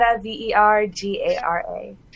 v-e-r-g-a-r-a